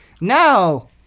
Now